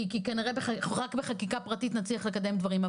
כי כנראה רק בחקיקה פרטית נצליח לקדם דברים.